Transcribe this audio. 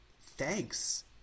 thanks